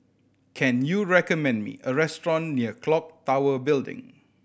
can you recommend me a restaurant near Clock Tower Building